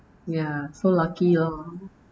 ya so lucky lor